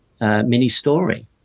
mini-story